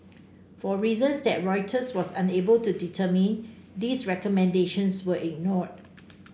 for reasons that Reuters was unable to determine these recommendations were ignored